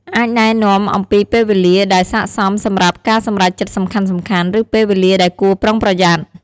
អាចណែនាំអំពីពេលវេលាដែលស័ក្តិសមសម្រាប់ការសម្រេចចិត្តសំខាន់ៗ ឬពេលវេលាដែលគួរប្រុងប្រយ័ត្ន។